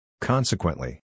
Consequently